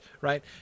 Right